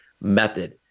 Method